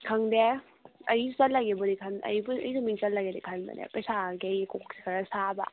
ꯁꯪꯗꯦ ꯑꯩ ꯆꯠꯂꯒꯦꯕꯨꯗꯤ ꯑꯩꯁꯨ ꯃꯤꯡ ꯆꯜꯂꯒꯦꯗꯤ ꯈꯟꯕꯅꯦ ꯄꯩꯁꯥꯒꯤ ꯀꯣꯛꯁꯤ ꯈꯔ ꯁꯥꯕ